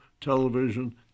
television